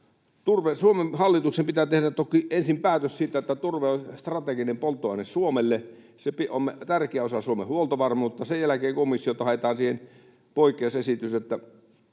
Suomen hallituksen pitää tehdä toki ensin päätös siitä, että turve on strateginen polttoaine Suomelle ja tärkeä osa Suomen huoltovarmuutta, ja sen jälkeen komissiolta haetaan siihen poikkeusesitys, että